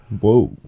Whoa